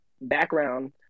background